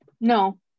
No